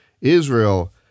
Israel